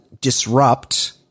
disrupt